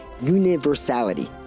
universality